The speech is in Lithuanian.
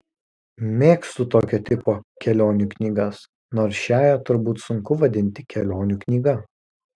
mėgstu tokio tipo kelionių knygas nors šiąją turbūt sunku vadinti kelionių knyga